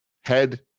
Head